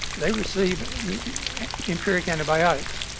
they receive empiric antibiotics,